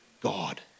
God